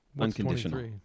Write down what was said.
Unconditional